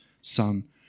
son